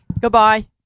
Goodbye